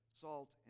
salt